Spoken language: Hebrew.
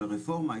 של הרפורמה,